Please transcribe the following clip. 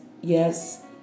Yes